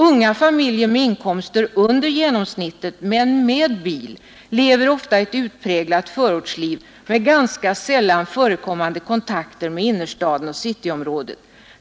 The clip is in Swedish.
Unga familjer med inkomster under genomsnittet men med bil lever ofta ett utpräglat ”förortsliv med ganska sällan förekommande kontakter med innerstaden och cityområdet.